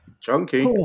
chunky